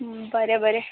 बरें बरें